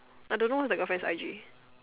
I don't know what's the girlfriend I_G